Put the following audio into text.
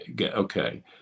Okay